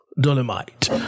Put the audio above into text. Dolomite